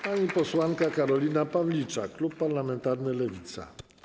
Pani posłanka Karolina Pawliczak, klub parlamentarny Lewica.